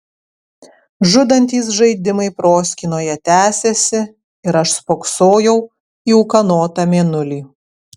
žudantys žaidimai proskynoje tesėsi ir aš spoksojau į ūkanotą mėnulį